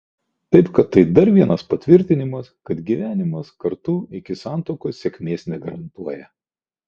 taip kad tai dar vienas patvirtinimas kad gyvenimas kartu iki santuokos sėkmės negarantuoja